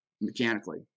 mechanically